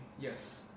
Yes